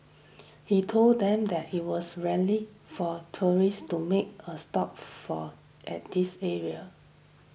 he told them that it was rarely for tourists to make a stop for at this area